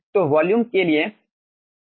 तो वॉल्यूम के लिए π 𝛿 z है